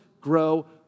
grow